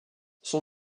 son